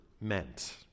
meant